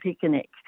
picnic